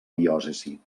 diòcesi